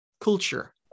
culture